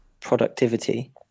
productivity